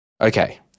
Okay